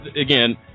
again